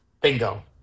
Bingo